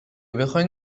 بخواین